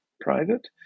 private